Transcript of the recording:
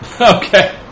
Okay